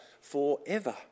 forever